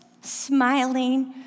smiling